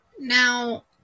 Now